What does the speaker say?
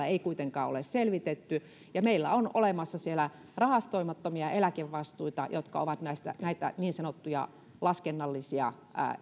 ei kuitenkaan ole selvitetty ja meillä on olemassa siellä rahastoimattomia eläkevastuita jotka ovat näitä niin sanottuja laskennallisilta